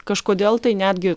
kažkodėl tai netgi